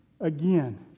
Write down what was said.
again